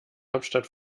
hauptstadt